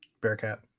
Bearcat